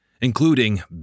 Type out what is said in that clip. including